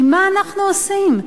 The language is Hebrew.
כי מה אנחנו עושים?